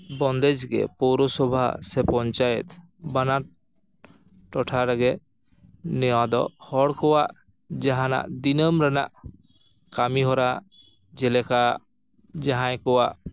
ᱵᱚᱱᱫᱮᱡ ᱜᱮ ᱯᱳᱨᱚᱥᱚᱵᱷᱟ ᱥᱮ ᱯᱚᱧᱪᱟᱭᱮᱛ ᱵᱟᱱᱟᱨ ᱴᱚᱴᱷᱟ ᱨᱮᱜᱮ ᱱᱚᱣᱟ ᱫᱚ ᱦᱚᱲ ᱠᱚᱣᱟᱜ ᱡᱟᱦᱟᱸᱱᱟᱜ ᱫᱤᱱᱟᱹᱢ ᱨᱮᱱᱟᱜ ᱠᱟᱹᱢᱤᱦᱚᱨᱟ ᱡᱮᱞᱮᱠᱟ ᱡᱟᱦᱟᱸᱭ ᱠᱚᱣᱟᱜ